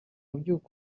ubyuka